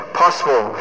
possible